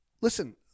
Listen